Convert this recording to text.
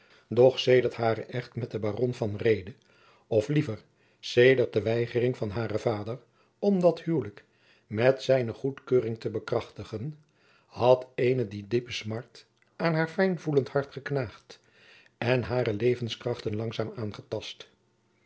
doch sedert haren echt met den baron van reede of liever sedert de weigering van haren vader om dat huwelijk met zijne goedkeuring te bekrachtigen had eene diepe smart aan haar fijngevoelend hart geknaagd en hare levenskrachten langzamerhand aangetast